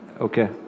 Okay